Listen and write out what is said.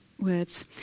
words